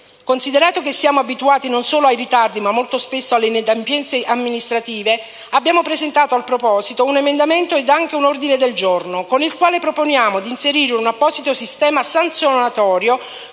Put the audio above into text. Considerato che siamo abituati non solo ai ritardi ma molto spesso alle inadempienze amministrative, abbiamo presentato al proposito un emendamento ed anche un ordine del giorno, con i quali proponiamo di inserire un apposito sistema sanzionatorio